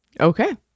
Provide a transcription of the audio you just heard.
Okay